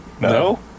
No